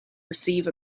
receive